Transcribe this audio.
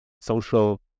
social